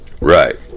Right